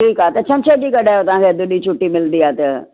ठीकु आहे त छंछरु ॾींहुं कढायो तव्हां खे अधि ॾींहुं छुटी मिलंदी आहे त